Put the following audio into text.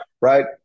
Right